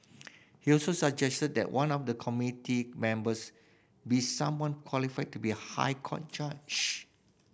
he also suggested that one of the committee members be someone qualified to be a High Court judge